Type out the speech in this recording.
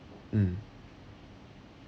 mm